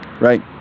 right